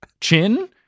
chin